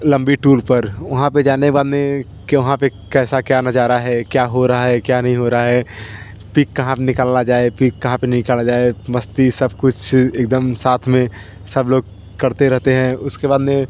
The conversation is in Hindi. लम्बी टूर पर वहाँ पर जाने बाने कि वहाँ पर कैसा क्या नज़ारा है क्या हो रहा है क्या नहीं हो रहा है पिक कहाँ निकाला जाए पिक कहाँ पर नहीं निकाला जाए मस्ती सब कुछ एक दम साथ में सब लोग करते रहते हैं उसके बाद में